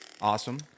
Awesome